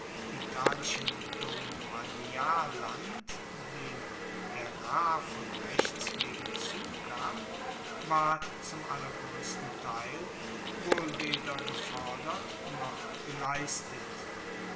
italischen domanialland dem aerar von rechts wegen zukam ward zum allergroessten teil wohl weder gefordert noch geleistet